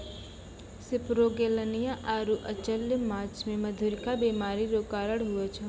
सेपरोगेलनिया आरु अचल्य माछ मे मधुरिका बीमारी रो कारण हुवै छै